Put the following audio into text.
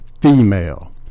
female